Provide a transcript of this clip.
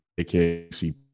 AKC